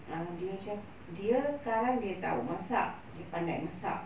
uh dia ca~ dia sekarang dia tahu masak dia pandai masak